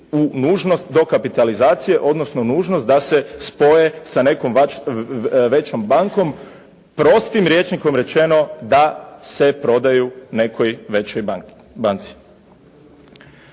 u nužnost dokapitalizacije odnosno nužnost da se spoje sa nekom većom bankom, prostim rječnikom rečeno da se prodaju nekoj većoj banci.